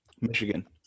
Michigan